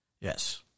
Yes